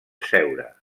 seure